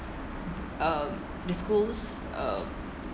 um the schools um